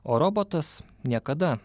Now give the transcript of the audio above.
o robotas niekada